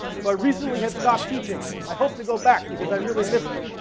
so, i recently have stopped teaching. i hope to go back because i really miss it.